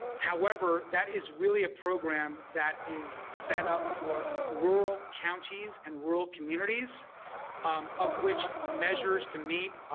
however that is really a program that is set up for rural counties and rural communities um of which measures to meet,